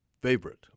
favorite